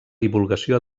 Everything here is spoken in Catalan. divulgació